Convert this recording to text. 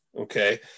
Okay